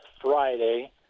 Friday